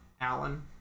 alan